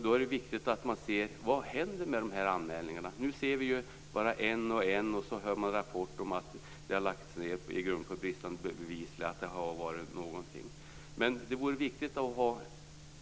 Då är det viktigt att man undersöker vad som händer med anmälningarna. Nu ser vi dem en och en, och så hör vi rapporter om att förundersökningarna har lagts ned på grund av bristande bevis.